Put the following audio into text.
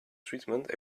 treatment